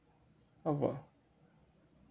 how about